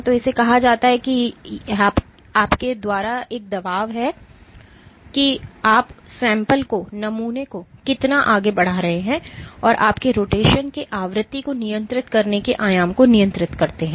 तो इसे कहा जाता है इसलिए यह आपके द्वारा एक दबाव है कि आप नमूने को कितना आगे बढ़ा रहे हैं और आपके रोटेशन के आवृत्ति को नियंत्रित करने के आयाम को नियंत्रित करते हैं